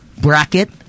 Bracket